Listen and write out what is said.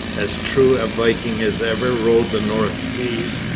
as true a viking as ever rode the north seas,